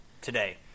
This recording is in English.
today